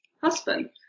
husband